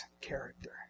character